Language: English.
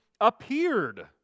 appeared